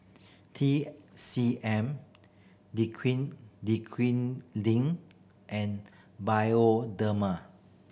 T C M and Bioderma